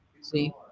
see